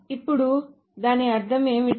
ఇప్పుడు దాని అర్థం ఏమిటి